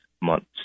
months